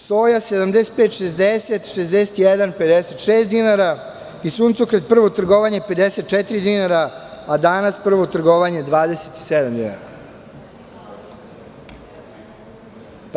Soja 75,60 naspram 61,56 dinara i suncokret prvo trgovanje 54 dinara a danas prvo trgovanje 27 dinara.